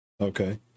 Okay